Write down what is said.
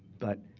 but